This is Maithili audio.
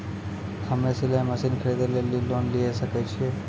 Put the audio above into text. हम्मे सिलाई मसीन खरीदे लेली लोन लिये सकय छियै?